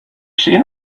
seen